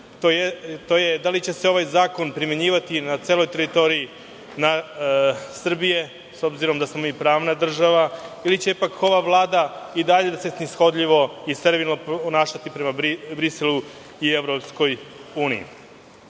da li će se ovaj zakona primenjivati na celoj teritoriji Srbije, s obzirom da smo mi pravna država ili će pak ova Vlada i dalje da se snishodljivo i sterilno ponašati prema Briselu i EU? Dakle, ovaj